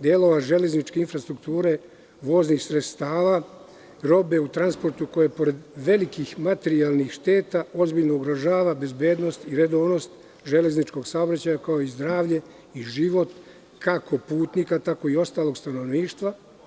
delova železničke infrastrukture, voznih sredstava, robe u transportu koja je pored velikih materijalnih šteta ozbiljno ugrožava bezbednost i redovnost železničkog saobraćaja, kao i zdravlje i život, kako putnika, tako i ostalog stanovništva.